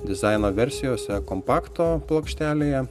dizaino versijose kompakto plokštelėje